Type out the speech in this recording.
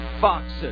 foxes